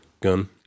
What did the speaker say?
gun